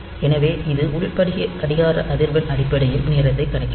எனவே இது உள் படிக கடிகார அதிர்வெண் அடிப்படையில் நேரத்தைக் கணக்கிடும்